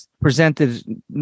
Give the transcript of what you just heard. presented